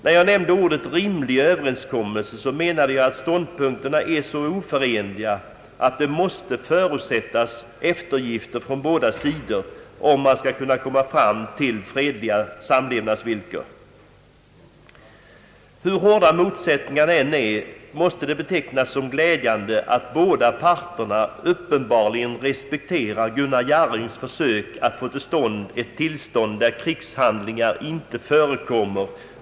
När jag talade om rimlig överenskommelse menade jag att ståndpunkterna är så oförenliga att eftergifter från båda sidor måste förutsättas, om man skall kunna komma fram till fredliga samlevnadsvillkor. Hur hårda motsättningarna än är, måste det betecknas som glädjande att båda parterna uppenbarligen respekterar Gunnar Jarrings försök att åstadkomma en varaktig fred eller åtminstone ett tillstånd där krigshandlingar inte förekommer.